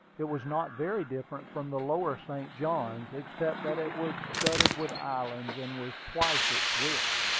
it was not very different from the lower st. johns, except that it was studded with islands, and was twice its width.